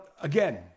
again